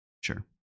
Sure